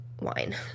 wine